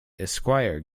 esquire